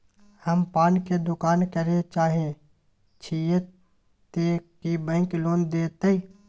हम पान के दुकान करे चाहे छिये ते की बैंक लोन देतै?